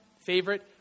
favorite